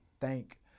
thank